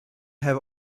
have